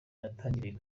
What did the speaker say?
natangiriye